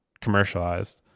commercialized